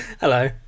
Hello